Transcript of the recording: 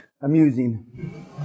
amusing